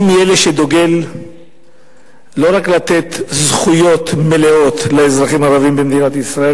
אני מאלו שדוגלים לא רק במתן זכויות מלאות לאזרחים הערבים במדינת ישראל,